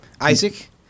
Isaac